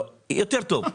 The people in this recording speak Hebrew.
לא, יותר טוב.